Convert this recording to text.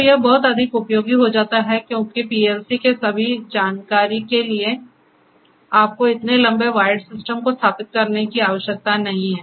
तो यह बहुत अधिक उपयोगी हो जाता है क्योंकि पीएलसी के सभी जानकारी के लिए आपको इतने लंबे वायर्ड सिस्टम को स्थापित करने की आवश्यकता नहीं है